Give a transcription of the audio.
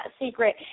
secret